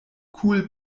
cool